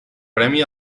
premi